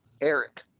Eric